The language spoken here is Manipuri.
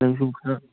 ꯅꯪꯁꯨ ꯈꯔ